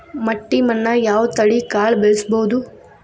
ಮಟ್ಟಿ ಮಣ್ಣಾಗ್, ಯಾವ ತಳಿ ಕಾಳ ಬೆಳ್ಸಬೋದು?